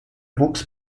wuchs